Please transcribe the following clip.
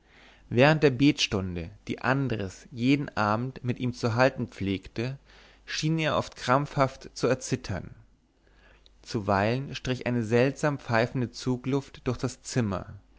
während der betstunde die andres jeden abend mit ihm zu halten pflegte schien er oft krampfhaft zu erzittern zuweilen strich eine seltsam pfeifende zugluft durch das zimmer